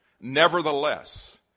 nevertheless